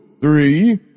three